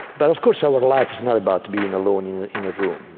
but of course our life is not about being alone in in a room,